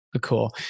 Cool